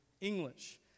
English